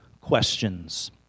questions